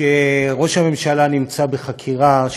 כשראש הממשלה נמצא בחקירה,